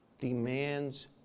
demands